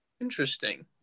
interesting